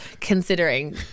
considering